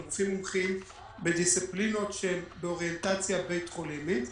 הם רופאים מומחים בדיסציפלינות שהן באוריינטציה בית חולימית,